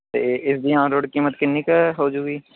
ਅਤੇ ਇਸ ਦੀਆਂ ਔਨ ਰੋਡ ਕੀਮਤ ਕਿੰਨੀ ਕੁ ਹੋਜੂਗੀ